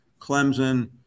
Clemson